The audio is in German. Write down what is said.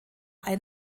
ein